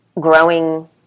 growing